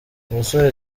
umusore